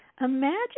imagine